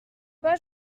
pas